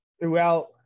throughout